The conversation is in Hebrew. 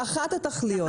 היא אחת התכליות.